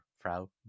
frau